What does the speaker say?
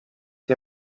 che